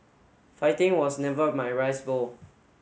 fighting was never my rice bowl